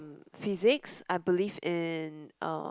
mm physics I believe in uh